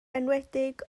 enwedig